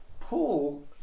Paul